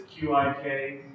QIK